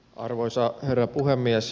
arvoisa herra puhemies